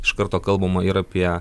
iš karto kalbama ir apie